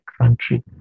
country